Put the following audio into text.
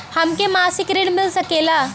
हमके मासिक ऋण मिल सकेला?